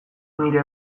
nire